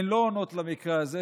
הן לא קשורות למקרה הזה,